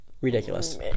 ridiculous